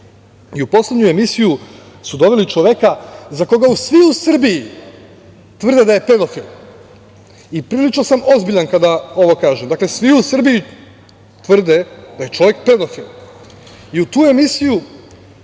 i u poslednju emisiju su doveli čoveka za koga svi u Srbiji tvrde da je pedofil. Prilično sam ozbiljan kada ovo kažem. Dakle, svi u Srbiji tvrde da je čovek pedofil. I u tu emisiju